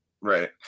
right